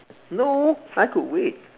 no I could wait